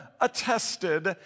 attested